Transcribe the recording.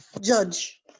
Judge